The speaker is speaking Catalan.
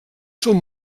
són